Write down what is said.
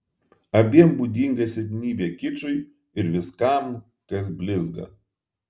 abiem būdinga silpnybė kičui ir viskam kas blizga